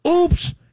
Oops